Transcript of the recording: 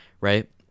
right